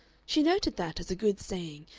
she noted that as a good saying,